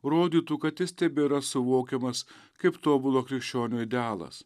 rodytų kad jis tebėra suvokiamas kaip tobulo krikščionio idealas